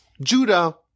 Judah